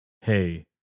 hey